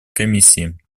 комиссии